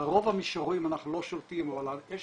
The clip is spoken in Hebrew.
על רוב המישורים אנחנו לא שולטים, אבל יש